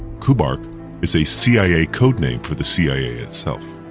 kubark is a cia codename for the cia itself.